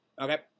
Okay